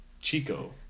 Chico